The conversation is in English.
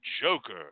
Joker